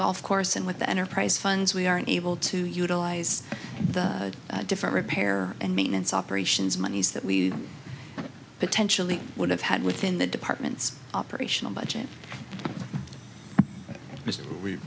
golf course and with the enterprise funds we aren't able to utilize the different repair and maintenance operations monies that we potentially would have had within the department's operational b